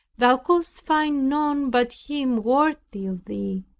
thou couldst find none but him worthy of thee,